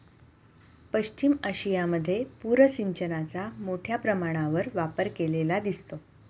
पश्चिम आशियामध्ये पूर सिंचनाचा मोठ्या प्रमाणावर वापर केलेला दिसतो